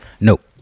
Nope